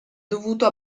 dovuto